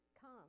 come